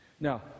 Now